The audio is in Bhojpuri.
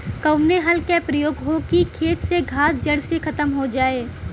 कवने हल क प्रयोग हो कि खेत से घास जड़ से खतम हो जाए?